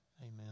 Amen